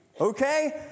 Okay